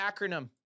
acronym